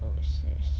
oh shit